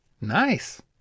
Nice